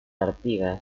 artigas